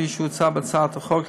כפי שהוצע בהצעת החוק,